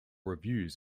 reviews